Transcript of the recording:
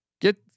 get